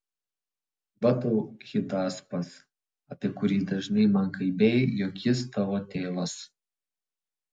va tau hidaspas apie kurį dažnai man kalbėjai jog jis tavo tėvas